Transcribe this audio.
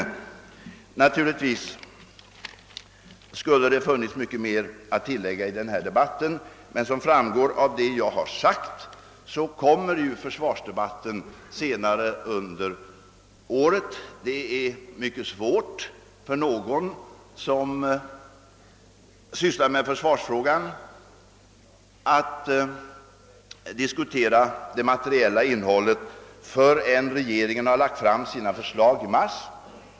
Naturligtvis skulle det ha funnits mycket att tillägga i denna debatt, men som framgår av vad jag sagt kommer vi senare under året att ha en försvarsdebatt. Det är mycket svårt för dem som sysslar med försvarsfrågan att diskutera det materiella innehållet innan regeringen i mars månad framlägger sina förslag.